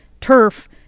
turf